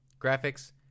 graphics